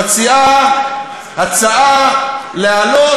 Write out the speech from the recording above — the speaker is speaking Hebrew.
בבקשה, אדוני.